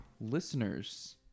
listeners